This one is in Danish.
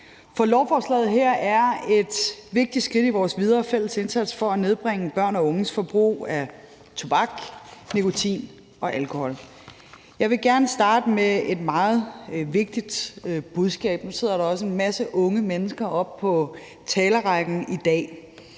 lovforslaget her er et vigtigt skridt i vores videre fælles indsats for at nedbringe børn og unges forbrug af tobak, nikotin og alkohol. Jeg vil gerne starte med et meget vigtigt budskab. Nu sidder der også en masse unge mennesker oppe på tilskuerrækken i dag,